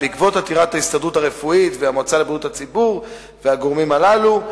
בעקבות עתירת ההסתדרות הרפואית והמועצה לבריאות הציבור והגורמים הללו,